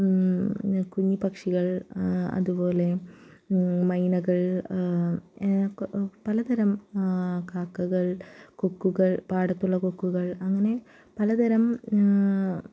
കുഞ്ഞി പക്ഷികൾ അതുപോലെ മൈനകൾ പലതരം കാക്കകൾ കൊക്കുകൾ പാടത്തുള്ള കൊക്കുകൾ അങ്ങനെ പലതരം